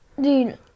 dude